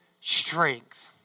strength